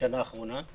בשנה האחרונה.